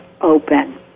open